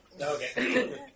Okay